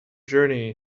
journey